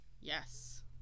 Yes